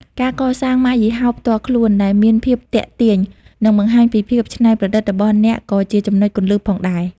ការកសាងម៉ាកយីហោផ្ទាល់ខ្លួន ដែលមានភាពទាក់ទាញ និងបង្ហាញពីភាពច្នៃប្រឌិតរបស់អ្នកក៏ជាចំណុចគន្លឹះផងដែរ។